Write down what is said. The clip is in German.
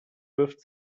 wirft